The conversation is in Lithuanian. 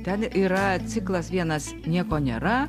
ten yra ciklas vienas nieko nėra